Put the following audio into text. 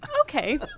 Okay